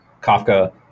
Kafka